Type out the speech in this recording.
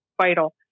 vital